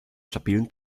stabilen